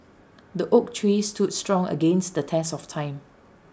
the oak tree stood strong against the test of time